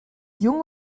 jung